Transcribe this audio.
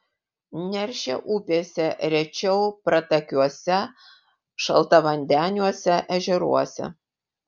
neršia upėse rečiau pratakiuose šaltavandeniuose ežeruose